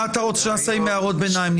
מה אתה רוצה שנעשה עם הערות ביניים?